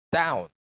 down